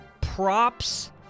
props